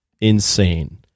insane